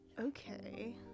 Okay